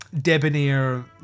debonair